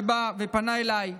שבא ופנה אליי,